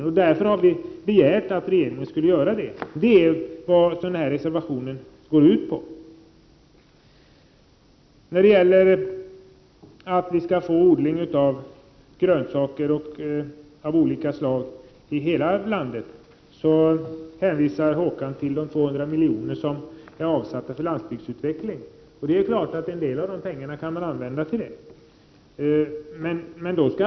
I frågan om att grönsaker av olika slag skall odlas över hela landet hänvisar Håkan Strömberg till de 200 milj.kr. som är avsatta för landsbygdsutveckling. En del av dessa pengar kan förstås användas till det ändamålet.